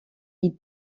ils